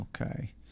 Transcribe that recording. Okay